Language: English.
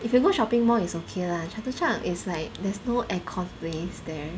if you go shopping mall is okay lah chatuchak is like there's no aircon place there